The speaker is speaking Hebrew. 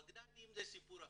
בגדדים זה סיפור אחר.